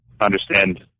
understand